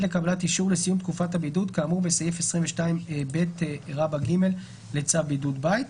לקבלת אישור לסיום תקופת הבידוד כאמור בסעיף 2ב(ג) לצו בידוד בית.